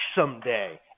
someday